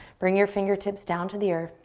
bring your fingertips down to the earth.